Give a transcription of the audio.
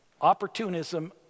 opportunism